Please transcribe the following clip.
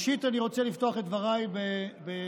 אני רוצה לפתוח את דבריי בשיח